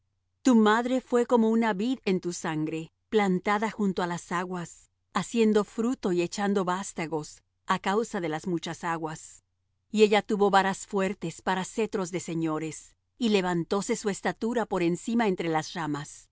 tu madre fué como una vid en tu sangre plantada junto á las aguas haciendo fruto y echando vástagos á causa de las muchas aguas y ella tuvo varas fuertes para cetros de señores y levantóse su estatura por encima entre las ramas